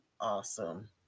awesome